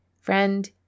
Friend